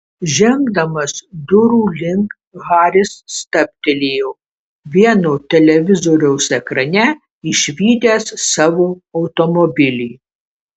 žengdamas durų link haris stabtelėjo vieno televizoriaus ekrane išvydęs savo automobilį